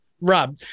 Rob